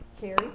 Carrie